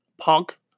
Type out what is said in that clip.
punk